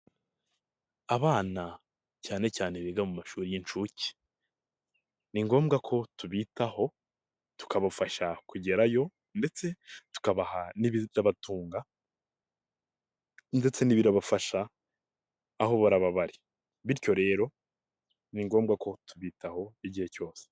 Abana cyane cyane biga mu mashuri y'inshuke ni ngombwa ko tubitaho, tukabafasha kugerayo ndetse tukabaha n'ibitabatunga ndetse n'ibibafasha, aho bara bari bityo rero ni ngombwa ko tubitaho igihe cyose.